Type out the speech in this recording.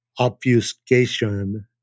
obfuscation